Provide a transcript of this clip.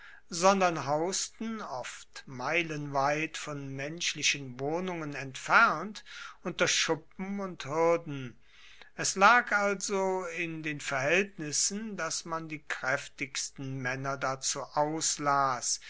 sondern hausten oft meilenweit von menschlichen wohnungen entfernt unter schuppen und huerden es lag also in den verhaeltnissen dass man die kraeftigsten maenner dazu auslas